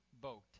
boat